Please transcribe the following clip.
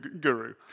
guru